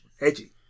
Edgy